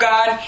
God